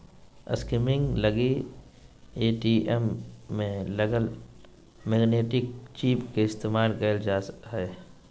skimming लगी ATM में लगल मैग्नेटिक चिप के इस्तेमाल कइल जा हइ